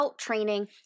training